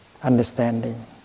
Understanding